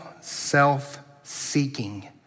self-seeking